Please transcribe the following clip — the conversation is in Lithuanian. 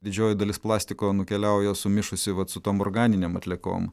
didžioji dalis plastiko nukeliauja sumišusi vat su tom organinėm atliekom